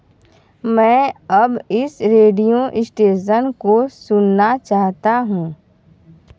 मैं अब इस रेडियो स्टेसन को सुनना चाहता हूँ